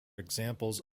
examples